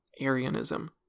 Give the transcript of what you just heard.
Arianism